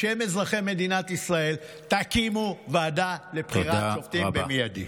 בשם אזרחי מדינת ישראל: תקימו ועדה לבחירת שופטים במיידי.